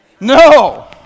No